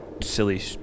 silly